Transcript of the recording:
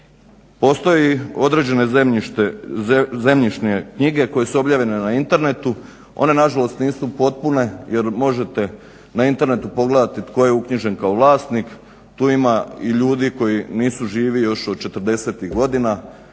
Postoje određene zemljišne knjige koje su objavljene na internetu one nažalost nisu potpune jer možete na internetu pogledati tko je uknjižen kao vlasnik. Tu ima i ljudi koji nisu živi još od '40-ih godina,